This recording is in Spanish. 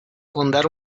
fundar